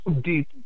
deep